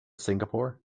singapore